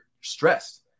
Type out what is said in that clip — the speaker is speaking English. stressed